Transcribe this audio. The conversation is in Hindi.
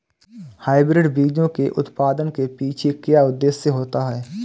हाइब्रिड बीजों के उत्पादन के पीछे क्या उद्देश्य होता है?